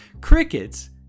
Crickets